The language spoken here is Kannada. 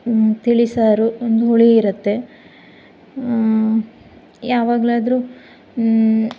ತಿಳಿಸಾರು ಒಂದು ಹುಳಿ ಇರುತ್ತೆ ಯಾವಾಗಲಾದ್ರು